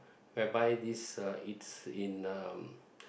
whereby this uh it's in um